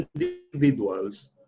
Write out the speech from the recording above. individuals